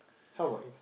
how about you